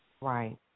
right